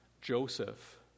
Joseph